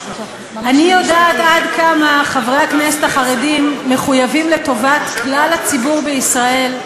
אני יודעת עד כמה חברי הכנסת החרדים מחויבים לטובת כלל הציבור בישראל,